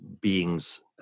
beings